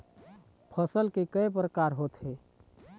फसल के कय प्रकार होथे?